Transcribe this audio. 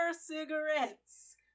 cigarettes